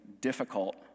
difficult